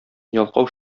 ялкау